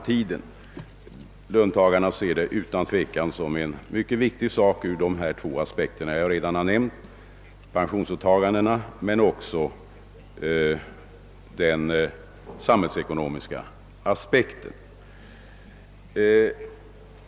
Löntagarna anser det utan tvivel vara mycket viktigt med en sådan höjning både ur den synpunkten att pensionsåtagandena skall kunna infrias och ur den samhällsekonomiska aspekten.